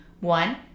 One